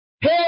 Hey